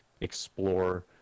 explore